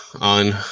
on